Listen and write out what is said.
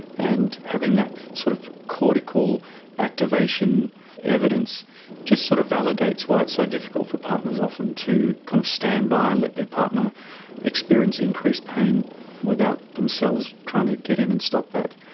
and having that sort of cortical activation evidence just sort of validates why it's so difficult for partners often to kind of stand by and let their partner experience increased pain without themselves trying to get in and stop that.